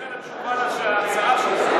אתה מדבר על התשובה להצעה שלך?